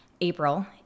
April